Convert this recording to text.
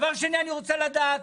דבר שני, אני רוצה לדעת